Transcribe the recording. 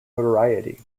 notoriety